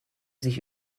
sich